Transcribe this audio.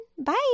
Bye